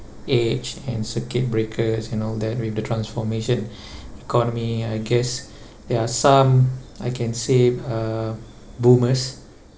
age and circuit breakers and all that with the transformation economy I guess there are some I can say uh boomers